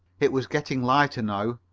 it was getting lighter now,